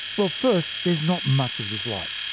but first, there's not much of this light,